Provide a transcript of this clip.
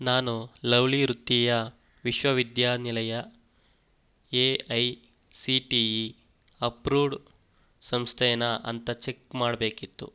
ನಾನು ಲವ್ಲಿ ವೃತ್ತೀಯ ವಿಶ್ವವಿದ್ಯಾನಿಲಯ A I C T E approved ಸಂಸ್ಥೇನಾ ಅಂತ ಚೆಕ್ ಮಾಡಬೇಕಿತ್ತು